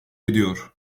ediyor